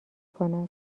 کند